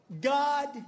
God